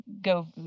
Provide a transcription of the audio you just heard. go